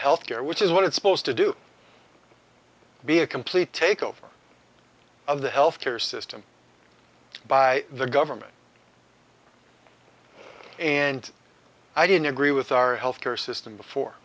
health care which is what it's supposed to do be a complete takeover of the health care system by the government and i didn't agree with our health care system before